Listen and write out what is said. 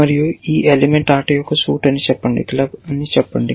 మరియు ఈ ఎలిమెంట్ ఆట యొక్క సూట్ అని చెప్పండి క్లబ్ అని చెప్పండి